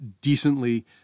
decently